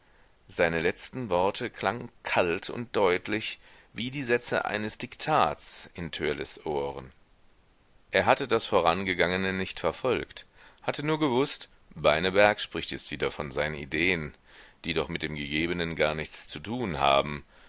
seine letzten worte klangen kalt und deutlich wie die sätze eines diktats in törleß ohren er hatte das vorangegangene nicht verfolgt hatte nur gewußt beineberg spricht jetzt wieder von seinen ideen die doch mit dem gegebenen gar nichts zu tun haben